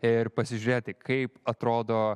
ir pasižiūrėti kaip atrodo